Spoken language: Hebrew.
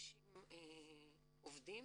60 עובדים,